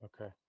Okay